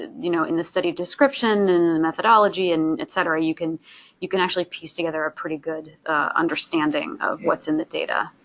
you know, in the study description and the methodology and etc you can you can actually piece together a pretty good understanding of what's in the data.